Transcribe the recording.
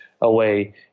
away